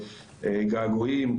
געגועים,